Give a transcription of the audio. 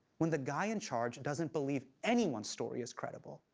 when the guy in charge doesn't believe anyone's story is credible.